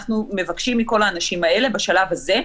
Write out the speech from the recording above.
אנחנו מבקשים מכל האנשים האלה בשלב הזה,